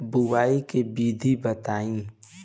बुआई के विधि बताई?